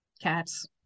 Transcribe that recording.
cats